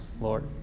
Lord